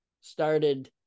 started